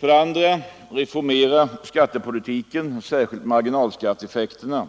2. Reformera skattepolitiken, särskilt marginalskatteeffekterna,